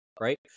right